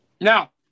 Now